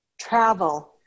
travel